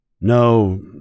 No